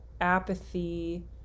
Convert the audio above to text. apathy